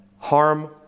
harm